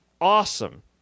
awesome